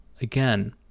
again